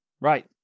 Right